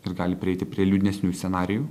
ir gali prieiti prie liūdnesnių scenarijų